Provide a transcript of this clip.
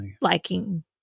liking